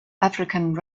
african